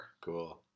Cool